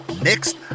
Next